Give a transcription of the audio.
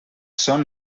són